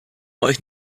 euch